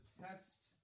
Test